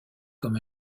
comme